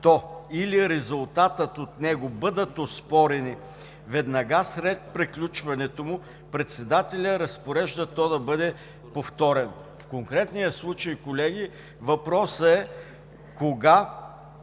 или резултатът от него бъдат оспорени веднага след приключването му, председателят разпорежда то да бъде повторено“. В конкретния случай, колеги, въпросът е: кога